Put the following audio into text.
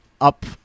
up